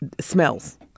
smells